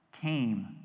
came